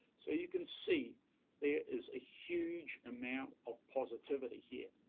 so you can see, there is a huge amount of positivity here.